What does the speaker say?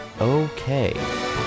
okay